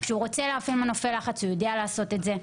כשהוא רוצה להפעיל מנופי לחץ הוא יודע לעשות את זה.